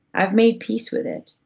i've made peace with it,